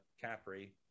Capri